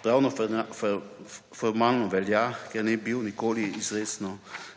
formalnopravno velja, ker ni bil nikoli izrecno